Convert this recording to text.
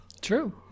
True